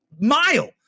mile